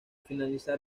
finalizar